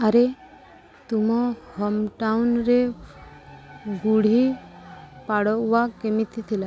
ଆରେ ତୁମ ହୋମ୍ ଟାଉନ୍ରେ ଗୁଢ଼ୀ ପାଡ଼ୱା କେମିତି ଥିଲା